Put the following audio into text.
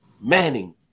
Manning